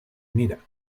mira